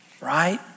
right